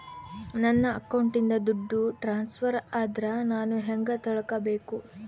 ನನ್ನ ಅಕೌಂಟಿಂದ ದುಡ್ಡು ಟ್ರಾನ್ಸ್ಫರ್ ಆದ್ರ ನಾನು ಹೆಂಗ ತಿಳಕಬೇಕು?